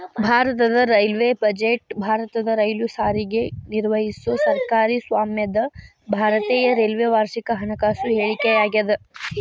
ಭಾರತದ railway budget ಭಾರತದ ರೈಲು ಸಾರಿಗೆ ನಿರ್ವಹಿಸೊ ಸರ್ಕಾರಿ ಸ್ವಾಮ್ಯದ ಭಾರತೇಯ ರೈಲ್ವೆ ವಾರ್ಷಿಕ ಹಣಕಾಸು ಹೇಳಿಕೆಯಾಗ್ಯಾದ